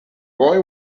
boy